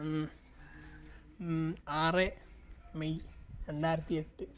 ആറ് മെയ് രണ്ടായിരത്തി എട്ട്